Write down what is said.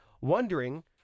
Wondering